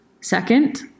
Second